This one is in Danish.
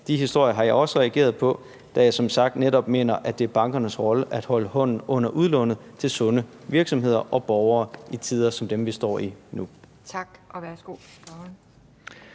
De historier har jeg også reageret på, da jeg som sagt netop mener, at det er bankernes rolle at holde hånden under udlånet til sunde virksomheder og borgere i tider som dem, vi står i nu. Kl.